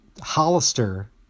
Hollister